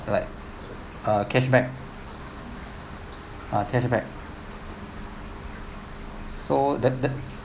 like uh cashback ah cashback so the the